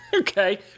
Okay